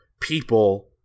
people